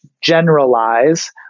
generalize